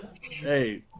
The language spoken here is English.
Hey